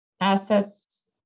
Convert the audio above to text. assets